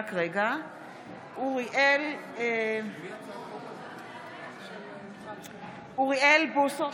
(קוראת בשם חבר הכנסת) אוריאל בוסו,